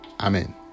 Amen